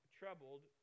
troubled